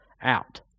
out